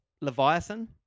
Leviathan